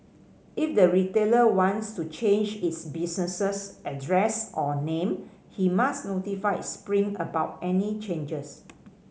if the retailer wants to change its business address or name he must notify Spring about any changes